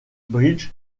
bridge